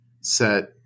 set